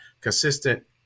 consistent